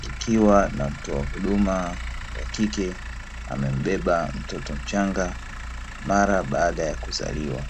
kikiwa na mtoa huduma wa kike amembeba mtoto mchanga mara baada ya kuzaliwa.